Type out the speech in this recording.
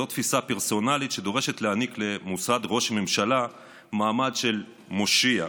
זו תפיסה פרסונלית שדורשת להעניק למוסד ראש הממשלה מעמד של מושיע,